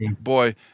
boy